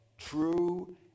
True